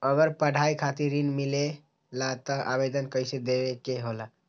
अगर पढ़ाई खातीर ऋण मिले ला त आवेदन कईसे देवे के होला?